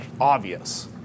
obvious